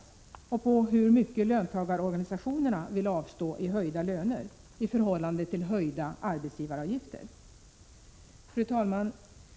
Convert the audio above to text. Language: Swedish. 1986/87:122 mycket löntagarorganisationerna vill avstå i höjda löner i förhållande till 13 maj 1987 höjda arbetsgivaravgifter. Fru talman!